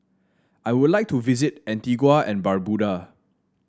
I would like to visit Antigua and Barbuda